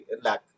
lack